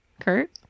Kurt